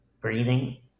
breathing